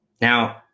Now